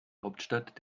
hauptstadt